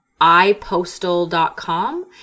iPostal.com